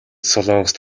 солонгост